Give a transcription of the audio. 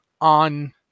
on